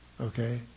Okay